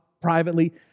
privately